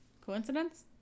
Coincidence